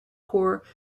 corps